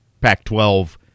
Pac-12